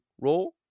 role